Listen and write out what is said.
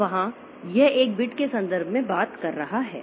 तो वहाँ यह एक बिट के संदर्भ में बात कर रहा है